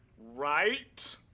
right